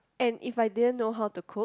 and if I didn't know how to cook